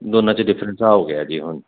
ਦੋਨਾਂ ਚ ਡੈਫਰੈਂਸ ਹੋ ਗਿਆ ਜੀ